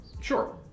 Sure